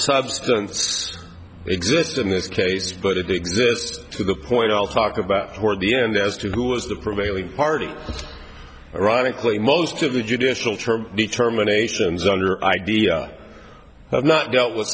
substance exist in this case but it exists to the point i'll talk about toward the end as to who was the prevailing party ironically most of the judicial term determinations under idea have not dealt with